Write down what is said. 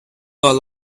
grow